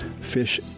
Fish